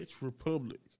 Republic